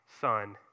Son